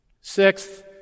Sixth